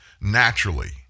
naturally